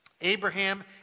Abraham